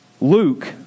Luke